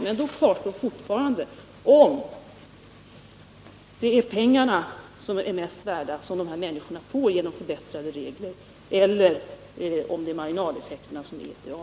Men då kvarstår fortfarande frågan vad som är avgörande: de pengar som dessa människor får genom förbättrade regler eller marginaleffekterna?